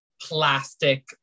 plastic